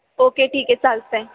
okay ठीक आहे चालतं आहे